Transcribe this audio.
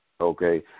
Okay